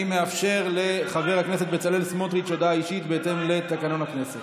אני מאפשר לחבר הכנסת בצלאל סמוטריץ' הודעה אישית בהתאם לתקנון הכנסת.